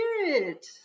spirit